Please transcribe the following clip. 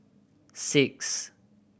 six